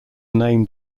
name